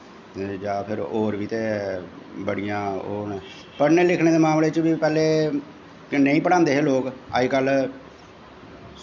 ते जां फिर होर बी ते बड़ियां ओह् न पढ़ने लिखने दे मामले च बी ते पैह्लें के नेईं पढ़ांदे हे लोग अज्जकल